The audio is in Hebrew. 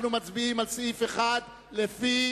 אנחנו מצביעים על סעיף 1 לפי